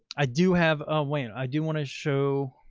i do have a weight. i do want to show.